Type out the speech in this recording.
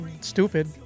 stupid